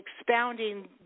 expounding